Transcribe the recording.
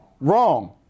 wrong